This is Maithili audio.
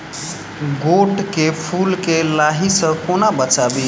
गोट केँ फुल केँ लाही सऽ कोना बचाबी?